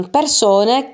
persone